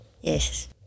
Yes